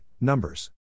Numbers